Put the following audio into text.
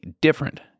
different